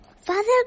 Father